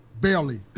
Barely